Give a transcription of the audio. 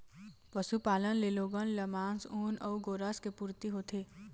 पशुपालन ले लोगन ल मांस, ऊन अउ गोरस के पूरती होथे